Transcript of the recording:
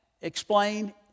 explain